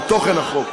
על תוכן החוק,